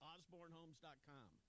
OsborneHomes.com